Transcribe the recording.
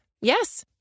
Yes